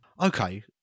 Okay